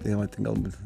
tai vat galbūt